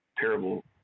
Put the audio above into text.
terrible